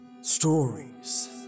Stories